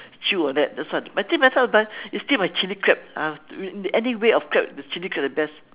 chew like that that's why I think that's why I will buy still my chili crab ah in any way of crab the chili crab the best